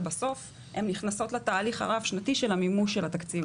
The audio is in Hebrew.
ובסוף הן נכנסות לתהליך הרב שנתי של המימוש של התקציב .